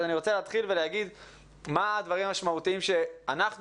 ואני רוצה להגיד מה הדברים המשמעותיים שאנחנו